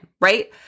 right